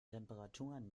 temperaturen